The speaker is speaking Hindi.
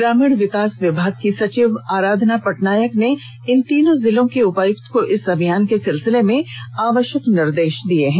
ग्रामीण विकास विभाग की सचिव आराधना पटनायक ने इन तीनों जिलों के उपायुक्त को इस अभियान के सिलसिले में आवश्यक निर्देश दे दिए हैं